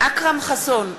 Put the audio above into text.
אכרם חסון,